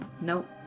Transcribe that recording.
Nope